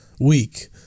week